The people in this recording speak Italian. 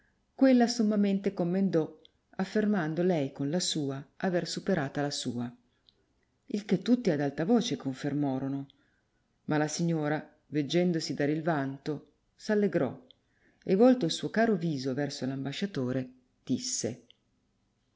quella sommamente commendò affermando lei con la sua aver superata la sua il che tutti ad alta voce confermorono ma la signora veggendosi dar il vanto s'allegrò e volto il suo caro viso verso l'ambasciatore disse